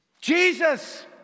Jesus